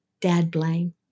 Dad-blame